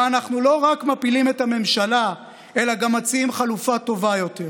שבה אנחנו לא רק מפילים את הממשלה אלא גם מציעים חלופה טובה יותר,